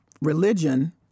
religion